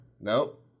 Nope